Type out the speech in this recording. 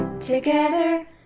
together